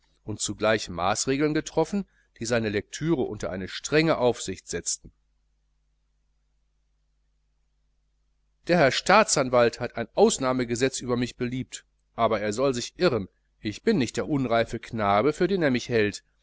und zugleich maaßregeln getroffen die seine lektüre unter eine strenge aufsicht setzten der herr staatsanwalt hat ein ausnahmegesetz über mich beliebt aber er soll sich irren ich bin nicht der unreife knabe für den er mich hält